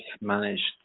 managed